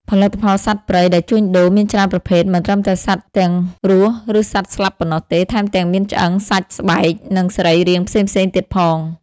ផលិតផលសត្វព្រៃដែលជួញដូរមានច្រើនប្រភេទ មិនត្រឹមតែសត្វទាំងរស់ ឬសត្វស្លាប់ប៉ុណ្ណោះទេ ថែមទាំងមានឆ្អឹង សាច់ ស្បែក និងសរីរាង្គផ្សេងៗទៀតផង។